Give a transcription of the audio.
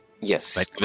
Yes